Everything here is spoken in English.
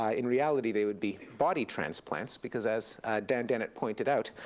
ah in reality, they would be body transplants, because as dan dennett pointed out,